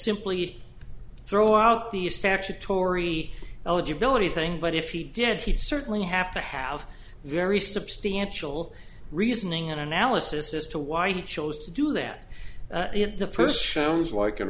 simply throw out the statutory eligibility thing but if he did he'd certainly have to have very substantial reasoning and analysis as to why he chose to do that in the first shows like an